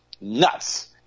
nuts